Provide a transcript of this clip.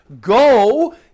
go